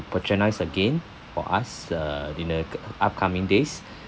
patronise again for us uh in uh upcoming days